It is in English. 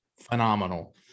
phenomenal